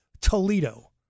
Toledo